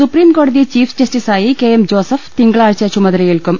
സുപ്രീംകോടതി ചീഫ്ജസ്റ്റിസായി K M Joseph തിങ്ക ളാഴ്ച ചുമതലയേൽക്കും